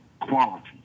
Quality